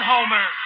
Homer